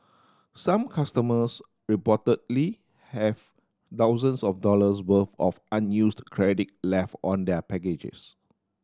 some customers reportedly have thousands of dollars worth of unused credit left on their packages